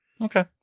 Okay